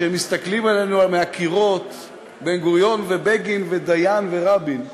כשמסתכלים עלינו מהקירות בן-גוריון ובגין ודיין ורבין,